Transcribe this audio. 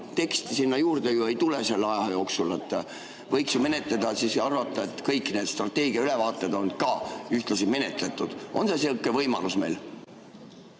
teksti sinna juurde ei tule selle aja jooksul. Võiks ju menetleda siis ja arvata, et kõik need strateegia ülevaated on olnud ka ühtlasi menetletud. On meil sihuke võimalus?